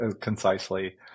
concisely